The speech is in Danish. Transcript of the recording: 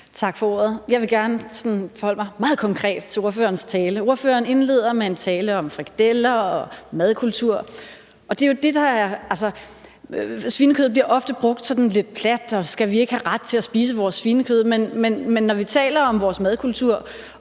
Tak for ordet. Jeg vil gerne forholde mig meget konkret til ordførerens tale. Ordføreren indleder med en tale om frikadeller og madkultur, og svinekødet bliver ofte brugt sådan lidt plat: Skal vi ikke have ret til at spise vores svinekød? Men når vi taler om vores madkultur